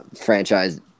franchise